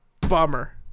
bummer